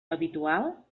habitual